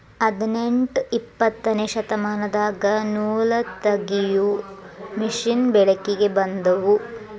ಹದನೆಂಟ ಇಪ್ಪತ್ತನೆ ಶತಮಾನದಾಗ ನೂಲತಗಿಯು ಮಿಷನ್ ಬೆಳಕಿಗೆ ಬಂದುವ